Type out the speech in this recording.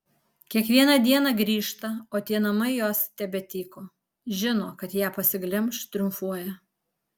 kiekvieną dieną grįžta o tie namai jos tebetyko žino kad ją pasiglemš triumfuoja